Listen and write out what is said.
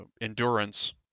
endurance